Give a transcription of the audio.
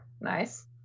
Nice